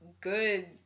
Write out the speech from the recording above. good